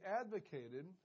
advocated